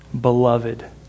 Beloved